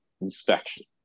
inspection